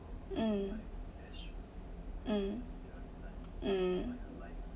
mm mm mm